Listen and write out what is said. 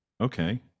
Okay